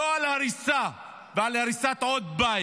לא על הריסה ועל הריסת עוד בית.